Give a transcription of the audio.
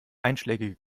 einschlägige